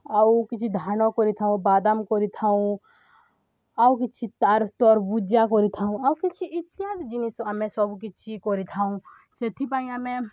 ଆଉ କିଛି ଧାନ କରିଥାଉ ବାଦାମ କରିଥାଉଁ ଆଉ କିଛି ତାର ତରଭୁଜ କରିଥାଉଁ ଆଉ କିଛି ଇତ୍ୟାଦି ଜିନିଷ ଆମେ ସବୁ କିିଛି କରିଥାଉଁ ସେଥିପାଇଁ ଆମେ